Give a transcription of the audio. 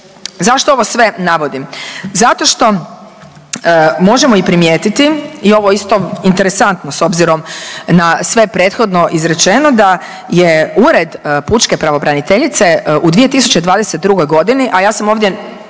Zašto ovo sve navodim? Zato što možemo i primijetiti i ovo je isto interesantno s obzirom na sve prethodno izrečeno da je Ured pučke pravobraniteljice u 2022. godini, a ja sam ovdje